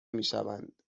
میشوند